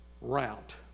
route